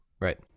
right